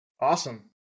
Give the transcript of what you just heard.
Awesome